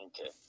Okay